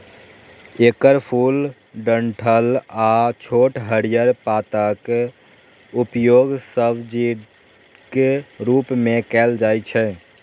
एकर फूल, डंठल आ छोट हरियर पातक उपयोग सब्जीक रूप मे कैल जाइ छै